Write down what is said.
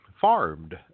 farmed